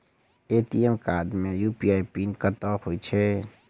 ATM card मे UPI PIN कतह होइ है?